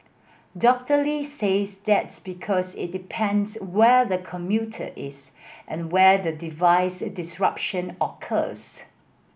Doctor Lee says that's because it depends where the commuter is and where the device disruption occurs